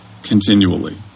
Continually